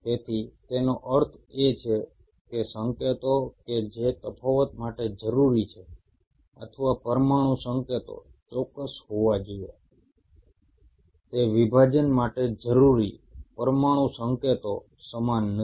તેથી તેનો અર્થ એ કે સંકેતો કે જે તફાવત માટે જરૂરી છે અથવા પરમાણુ સંકેતો ચોક્કસ હોવા જોઈએ તે વિભાજન માટે જરૂરી પરમાણુ સંકેતો સમાન નથી